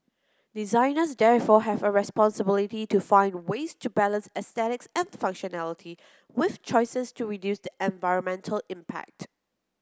designers therefore have a responsibility to find ways to balance aesthetics and functionality with choices to reduce the environmental impact